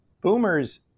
Boomers